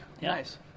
nice